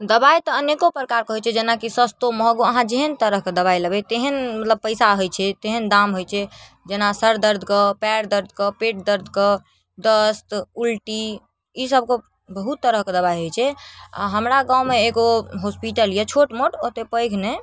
दबाइ तऽ अनेको प्रकारके होइ छै जेनाकि सस्तो महगो अहाँ जेहन तरहके दबाइ लेबै तेहन मतलब पैसा होइ छै तेहन दाम होइ छै जेना सर दर्दके पाएर दर्दके पेट दर्दके दस्त उल्टी ईसब के बहुत तरहके दबाइ होइ छै आओर हमरा गाममे एगो हॉस्पिटल यऽ छोट मोट ओते पैघ नहि